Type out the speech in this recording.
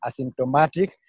asymptomatic